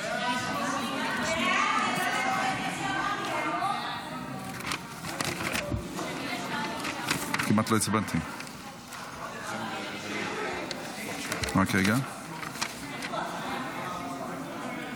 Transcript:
17 נתקבלו.